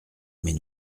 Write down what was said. mais